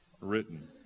written